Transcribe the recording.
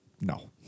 No